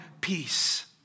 peace